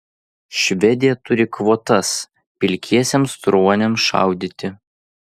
švedija turi kvotas pilkiesiems ruoniams šaudyti